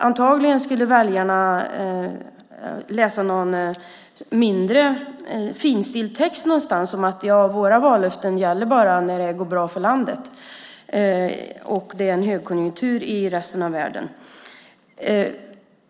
Antagligen skulle väljarna läsa någon finstilt text någonstans om att era vallöfte bara gäller när det går bra för landet och det råder högkonjunktur i resten av världen.